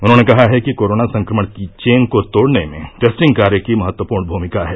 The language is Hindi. उन्होंने कहा है कि कोरोना संक्रमण की चेन को तेड़ने में टेस्टिंग कार्य की महत्वपूर्ण भूमिका है